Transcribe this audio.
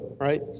right